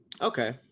Okay